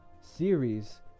series